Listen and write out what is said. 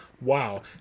Wow